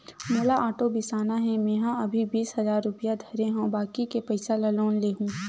मोला आटो बिसाना हे, मेंहा अभी बीस हजार रूपिया धरे हव बाकी के पइसा ल लोन ले लेहूँ